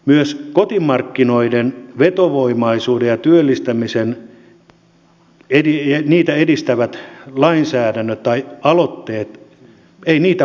myöskään kotimarkkinoiden vetovoimaisuutta ja työllistämistä edistäviä lainsäädäntöjä tai aloitteita ei ole näkynyt